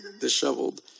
disheveled